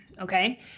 Okay